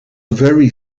very